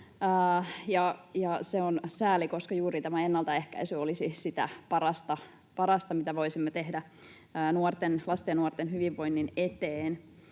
Se on sääli, koska juuri tämä ennaltaehkäisy olisi sitä parasta, mitä voisimme tehdä lasten ja nuorten hyvinvoinnin eteen.